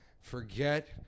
forget